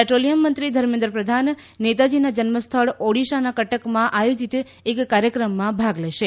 પેટ્રોલિયમમંત્રી ઘર્મેન્દ્ર પ્રધાન નેતાજીનાં જન્મસ્થળ ઓડીશાનાં કટકમાં એક ક્રાર્યક્રમમાં ભાગ લેશે